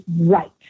right